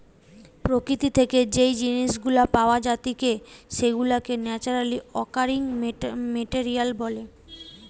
প্রকৃতি থেকে যেই জিনিস গুলা পাওয়া জাতিকে সেগুলাকে ন্যাচারালি অকারিং মেটেরিয়াল বলে